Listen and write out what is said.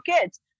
kids